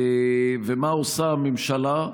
ומה עושה הממשלה?